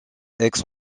aix